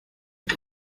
que